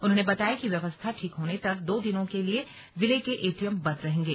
उन्होंने बताया कि व्यवस्था ठीक होने तक दो दिनों के लिए जिले के एटीएम बंद रहेंगे